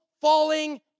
falling